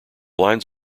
lines